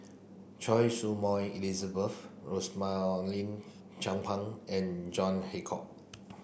Choy Su Moi Elizabeth Rosaline Chan Pang and John Hitchcock